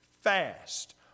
fast